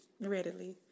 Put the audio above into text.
Readily